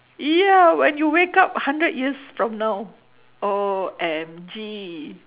ya when you wake up hundred years from now oh my god